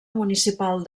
municipal